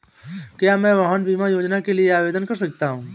क्या मैं वाहन बीमा योजना के लिए आवेदन कर सकता हूँ?